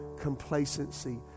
complacency